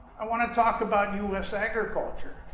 i want to talk about us agriculture.